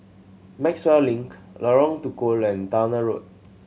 Maxwell Link Lorong Tukol and Towner Road